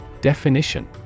Definition